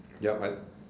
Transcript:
yup I